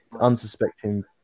unsuspecting